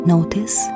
Notice